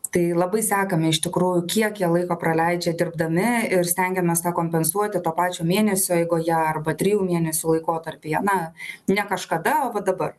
tai labai sekame iš tikrųjų kiek jie laiko praleidžia dirbdami ir stengiamės tą kompensuoti to pačio mėnesio eigoje arba trijų mėnesių laikotarpyje na ne kažkada o va dabar